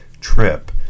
trip